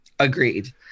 Agreed